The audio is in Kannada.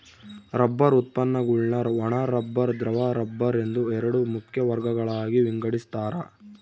ರಬ್ಬರ್ ಉತ್ಪನ್ನಗುಳ್ನ ಒಣ ರಬ್ಬರ್ ದ್ರವ ರಬ್ಬರ್ ಎಂದು ಎರಡು ಮುಖ್ಯ ವರ್ಗಗಳಾಗಿ ವಿಂಗಡಿಸ್ತಾರ